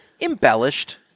embellished